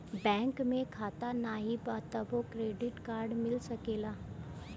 Bank में खाता नाही बा तबो क्रेडिट कार्ड मिल सकेला?